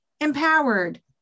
empowered